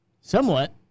Somewhat